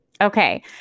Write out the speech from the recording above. Okay